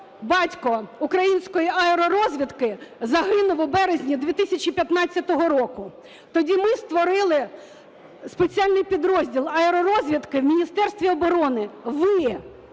батько української аеророзвідки, загинув у березні 2015 року. Тоді ми створили спеціальний підрозділ аеророзвідки в Міністерстві оборони. Ви,